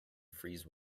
freeze